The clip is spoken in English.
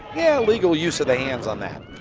yeah, illegal use of the hands on that.